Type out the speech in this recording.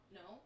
no